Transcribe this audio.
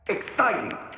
Exciting